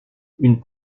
une